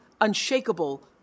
unshakable